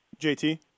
JT